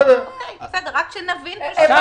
בסדר, רק שנבין --- אתם